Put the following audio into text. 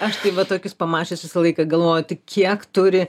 aš tai va tokius pamačius visą laiką galvoju tai kiek turi